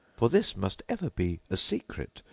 for this must ever be a secret,